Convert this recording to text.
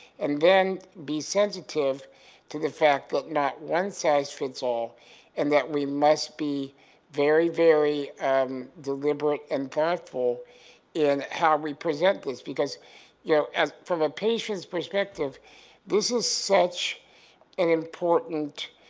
and then be sensitive to the fact that not one-size-fits-all and that we must be very, very um deliberate and thoughtful in how we present this because you know from a patient's perspective this is such an important